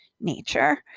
nature